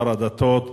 שר הדתות,